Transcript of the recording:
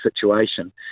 situation